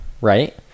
right